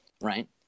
right